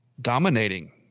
Dominating